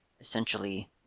essentially